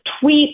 tweet